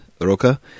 Roca